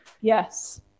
Yes